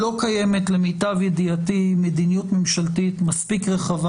למיטב ידיעתי לא קיימת מדיניות ממשלתית מספיק רחבה